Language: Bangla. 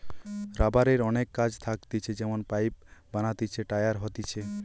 রাবারের অনেক কাজ থাকতিছে যেমন পাইপ বানাতিছে, টায়ার হতিছে